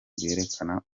bwerekana